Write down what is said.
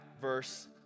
verse